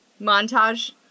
montage